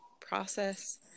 process